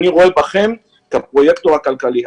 אני רואה בכם פרויקטור כלכלי.